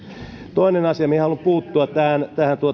toinen asia mihin haluan puuttua